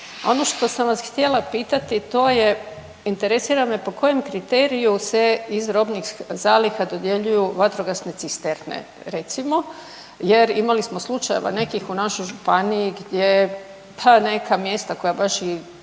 ono što sam vas htjela pitati to je interesira me po kojem kriteriju se iz robnih zaliha vatrogasne cisterne recimo jer imali smo slučajeva nekih u našoj županiji gdje pa neka mjesta koja baš i